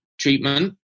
treatment